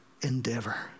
endeavor